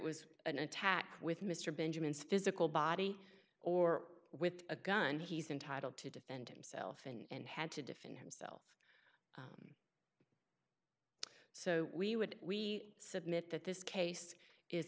was an attack with mr benjamin's physical body or with a gun he's entitled to defend himself and had to defend him so we would we submit that this case is